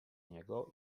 niego